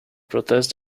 protest